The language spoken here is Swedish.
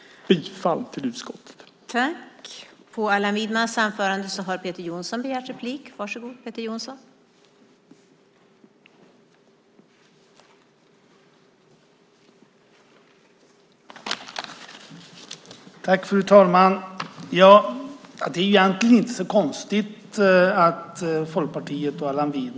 Jag yrkar bifall till utskottets förslag.